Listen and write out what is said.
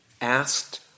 asked